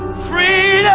freedom,